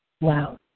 Wow